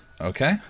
Okay